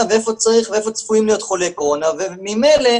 ואיפה צפויים להיות חולי קורונה וממילא,